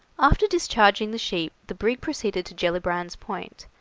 after discharging the sheep the brig proceeded to gellibrand's point,